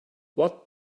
what